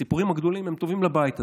הסיפורים הגדולים הם טובים לבית הזה.